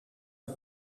het